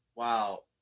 Wow